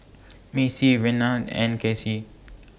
Macie Renard and Casie